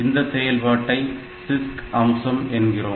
இந்த செயல்பாடை CISC அம்சம் என்கிறோம்